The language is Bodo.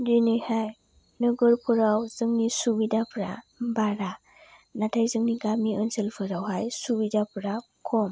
दिनैहाय नोगोरफोराव जोंनि सुबिदाफोरा बारा नाथाय जोंनि गामि ओनसोलफोरावहाय सुबिदाफोरा खम